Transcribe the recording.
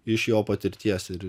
iš jo patirties ir